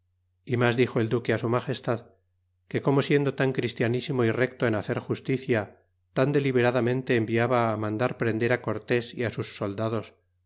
y mas dixo el duque su magestad d que cómo siendo tan christianisimo y recto en hacer justicia tan de liberadamente enviaba mandar prender á tés y á sus soldados